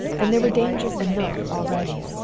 and there were dangers enough already.